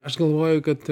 aš galvoju kad